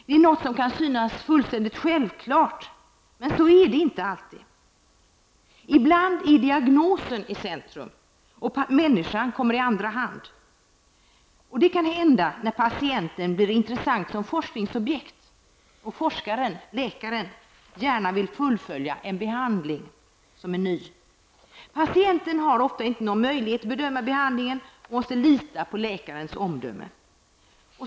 Det är något som kan synas vara fullständigt självklart, men så är det inte alltid. Ibland är diagnosen i centrum och människan kommer i andra hand. Det kan hända när patienten blir intressant som forskningsobjekt och forskaren, läkaren, gärna vill fullfölja en behandling som är ny. Patienten har ofta inte någon möjlighet att bedöma behandlingen utan måste lita på läkarens omdöme.